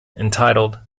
entitled